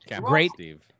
Great